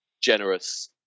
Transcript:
generous